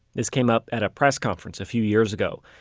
this came up at a press conference a few years ago,